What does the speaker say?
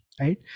Right